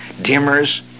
Dimmers